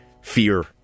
fear